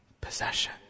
possession